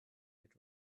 yet